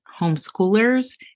homeschoolers